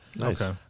Okay